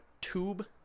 tube